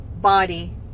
body